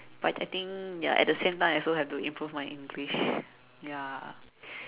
but I think ya at the same time I also have to improve my English ya